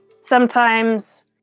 sometimes-